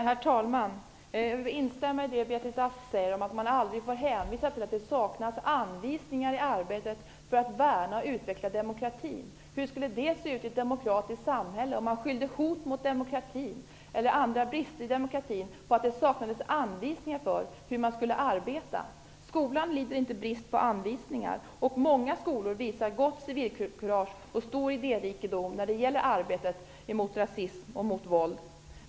Herr talman! Jag instämmer i det som Beatrice Ask sade om att man aldrig får hänvisa till att det saknas anvisningar i arbetet för att värna och utveckla demokratin. Hur skulle det se ut i ett demokratiskt samhälle om man skyllde hot mot demokratin eller andra brister i demokratin på att det saknas anvisningar för hur man skall arbeta? Skolan lider inte brist på anvisningar, och många skolor visar på gott civilkurage och stor idérikedom när det gäller arbetet mot rasism och våld.